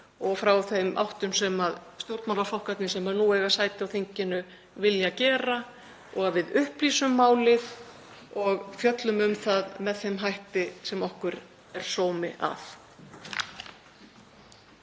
og úr þeim áttum sem stjórnmálaflokkarnir sem nú eiga sæti á þinginu vilja gera og að við upplýsum málið og fjöllum um það með þeim hætti sem okkur er sómi að.